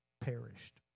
perished